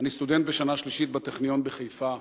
"אני סטודנט בשנה שלישית בטכניון בחיפה.